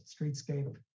streetscape